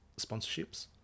sponsorships